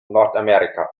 nordamerika